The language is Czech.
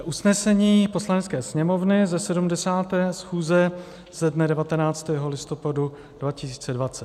Usnesení Poslanecké sněmovny ze 70. schůze ze dne 19. listopadu 2020: